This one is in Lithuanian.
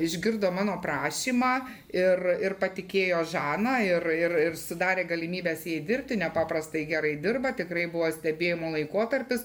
išgirdo mano prašymą ir ir patikėjo žana ir ir ir sudarė galimybes jai dirbti nepaprastai gerai dirba tikrai buvo stebėjimo laikotarpis